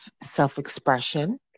self-expression